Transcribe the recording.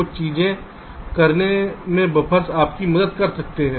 कुछ चीज़ें करने में बफ़र्स आपकी मदद कर सकते हैं